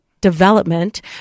Development